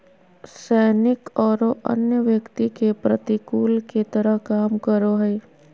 सैनिक औरो अन्य व्यक्ति के प्रतिकूल के तरह काम करो हइ